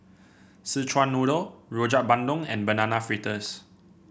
Szechuan Noodle Rojak Bandung and Banana Fritters